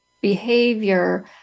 behavior